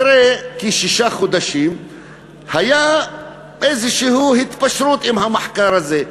אחרי כשישה חודשים הייתה התפשרות עם המחקר הזה.